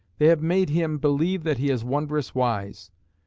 they have made him believe that he is wondrous wise.